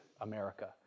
America